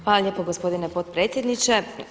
Hvala lijepa gospodine potpredsjedniče.